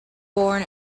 born